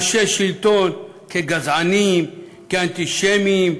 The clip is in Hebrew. אנשי שלטון, כגזענים, כאנטישמים,